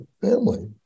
family